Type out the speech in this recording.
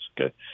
Okay